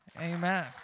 Amen